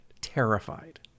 terrified